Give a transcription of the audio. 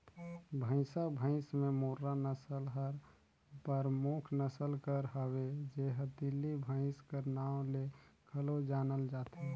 भंइसा भंइस में मुर्रा नसल हर परमुख नसल कर हवे जेहर दिल्ली भंइस कर नांव ले घलो जानल जाथे